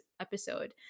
episode